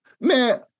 man